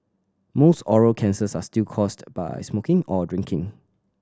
most oral cancers are still caused by smoking or drinking